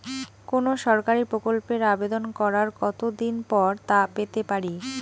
কোনো সরকারি প্রকল্পের আবেদন করার কত দিন পর তা পেতে পারি?